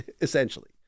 essentially